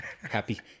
Happy